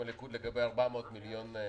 הליכוד לגבי 400 מיליון שקלים תקציב ישיבות.